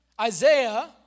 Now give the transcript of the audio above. Isaiah